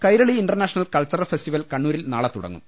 Kairali international cultural festival കണ്ണൂരിൽ നാളെ തുടങ്ങും